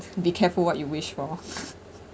be careful what you wish for